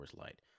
Light